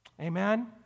Amen